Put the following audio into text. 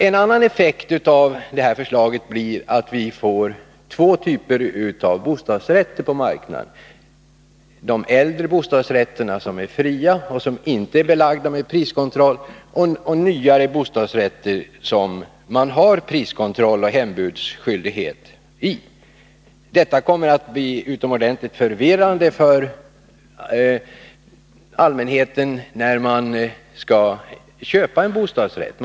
En annan effekt av detta förslag blir att vi får två typer av bostadsrätter på marknaden, dels de äldre bostadsrätterna, som är fria och som inte är belagda med denna priskontroll, dels nyare bostadsrätter, med priskontroll och hembudsskyldighet. Detta kommer att bli utomordentligt förvirrande för allmänheten vid köp av bostadsrätt.